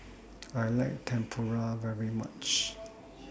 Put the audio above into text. I like Tempura very much